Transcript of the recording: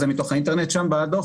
זה מתוך האינטרנט שם בדוח?